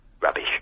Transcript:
Rubbish